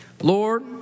Lord